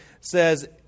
says